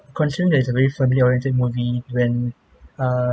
considering that is a very family-oriented movie when err